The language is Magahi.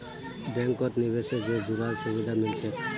बैंकत निवेश से जुराल सुभिधा मिल छेक